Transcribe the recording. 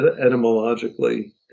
etymologically